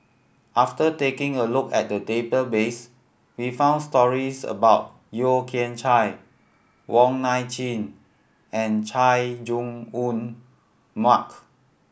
after taking a look at the database we found stories about Yeo Kian Chai Wong Nai Chin and Chay Jung Jun Mark